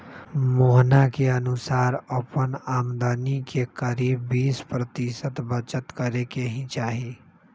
मोहना के अनुसार अपन आमदनी के करीब बीस प्रतिशत बचत करे के ही चाहि